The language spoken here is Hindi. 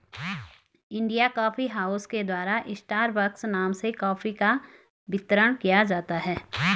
इंडिया कॉफी हाउस के द्वारा स्टारबक्स नाम से भी कॉफी का वितरण किया जाता है